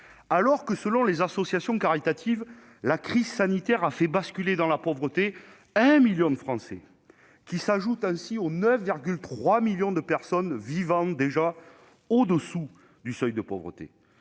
Alors que selon les associations caritatives, la crise sanitaire a fait basculer dans la pauvreté 1 million de Français, qui s'ajoutent ainsi aux 9,3 millions de personnes vivant déjà en dessous du seuil de pauvreté,